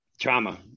trauma